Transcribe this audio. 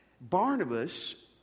Barnabas